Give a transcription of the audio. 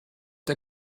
der